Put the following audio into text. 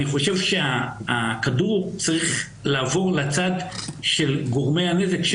אני חושב שהכדור צריך לעבור לצד של גורמי הנזק,